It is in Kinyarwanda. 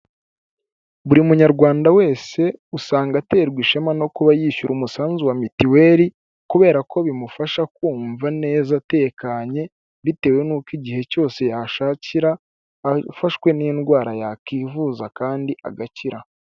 Buri munyarwanda wese usanga aterwa ishema no kuba yishyura umusanzu wa mituweli, kubera ko bimufasha kumva neza atekanye, bitewe n'uko igihe cyose yashakira afashwe n'indwara yakivuza kandi agakira.